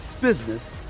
business